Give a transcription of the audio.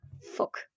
fuck